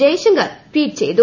Jaishankar tweet ചെയ്തു